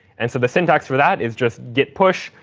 and so the syntax for that is just git push,